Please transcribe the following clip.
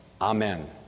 Amen